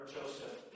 Joseph